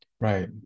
Right